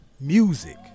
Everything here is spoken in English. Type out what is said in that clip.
music